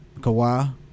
Kawhi